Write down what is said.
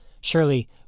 Surely